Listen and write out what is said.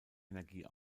energie